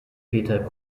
peter